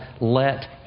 Let